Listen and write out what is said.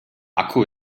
akku